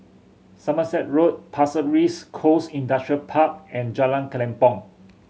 Somerset Road Pasir Ris Coast Industrial Park and Jalan Kelempong